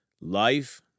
life